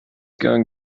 going